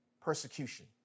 persecution